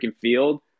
field